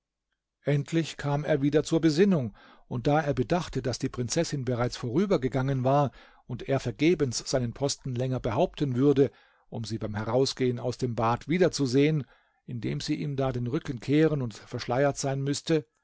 endlich kam er wieder zur besinnung und da er bedachte daß die prinzessin bereits vorübergegangen war und er vergebens seinen posten länger behaupten würde um sie beim herausgehen aus dem bad wieder zu sehen indem sie ihm da den rücken kehren und verschleiert sein müßte